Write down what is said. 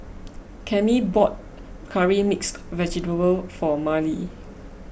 Cami bought Curry Mixed Vegetable for Marlee